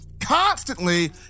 constantly